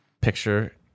Picture